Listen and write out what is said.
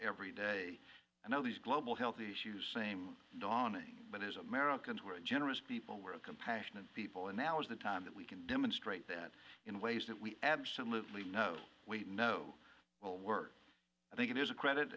every day and all these global health issues same daunting but as americans who are generous people we're a compassionate people and now is the time that we can demonstrate that in ways that we absolutely know we know will work i think it is a credit